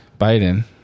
Biden